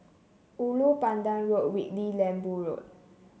Ulu Pandan Road Whitley Lembu Road